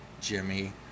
Jimmy